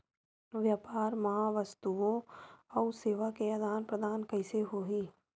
व्यापार मा वस्तुओ अउ सेवा के आदान प्रदान कइसे होही?